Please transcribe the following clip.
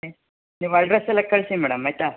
ನಿಮ್ಮ ಅಡ್ರೆಸೆಲ್ಲ ಕಳಿಸಿ ಮೇಡಮ್ ಆಯಿತಾ